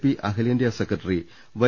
P അഖിലേന്ത്യാ secretary Y